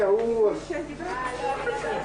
בהקשר של מעבר האחריות,